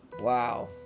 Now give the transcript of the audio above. Wow